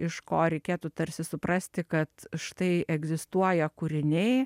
iš ko reikėtų tarsi suprasti kad štai egzistuoja kūriniai